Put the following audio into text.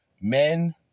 men